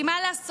כי מה לעשות,